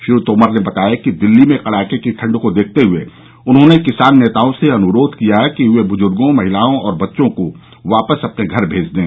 श्री तोमर ने बताया कि दिल्ली में कडाके की ठंड को देखते हुए उन्होंने किसान नेताओं से अनुरोध किया कि वे बुजुर्गो महिलाओं और बच्चों को वापस अपने घर भेज दें